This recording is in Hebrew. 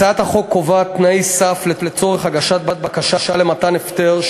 הצעת החוק קובעת תנאי סף לצורך הגשת בקשה למתן הפטר,